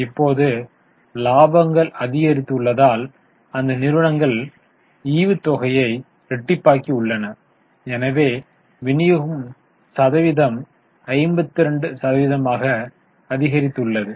இப்போது இலாபங்கள் அதிகரித்துள்ளதால் அந்த நிறுவனங்கள் ஈவுத்தொகையை இரட்டிப்பாக்கி உள்ளன எனவே விநியோக சதவீதம் 52 சதவீதமாக அதிகரித்துள்ளது